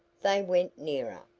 they went nearer.